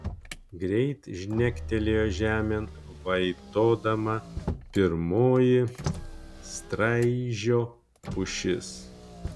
greit žnegtelėjo žemėn vaitodama pirmoji straižio pušis